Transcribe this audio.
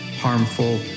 harmful